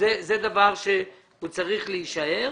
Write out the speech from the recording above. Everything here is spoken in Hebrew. זה דבר שצריך להישאר.